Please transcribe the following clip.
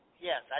Yes